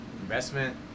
Investment